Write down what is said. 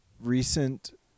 recent